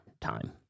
time